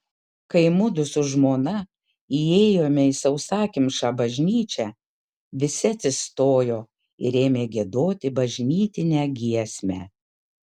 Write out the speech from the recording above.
kai mudu su žmona įėjome į sausakimšą bažnyčią visi atsistojo ir ėmė giedoti bažnytinę giesmę